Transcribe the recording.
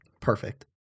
Perfect